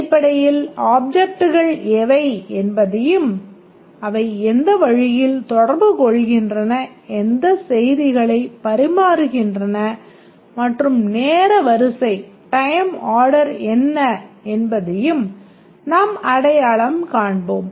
அடிப்படையில் ஆப்ஜெக்ட்கள் எவை என்பதையும் அவை எந்த வழியில் தொடர்பு கொள்கின்றன எந்த செய்திகளைப் பரிமாறுகின்றன மற்றும் நேர வரிசை என்ன என்பதையும் நாம் அடையாளம் காண்போம்